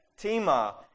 Tima